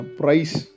price